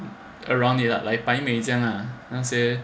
around it like 摆美这样 ah 那些